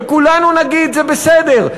וכולנו נגיד: זה בסדר,